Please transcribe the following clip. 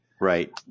right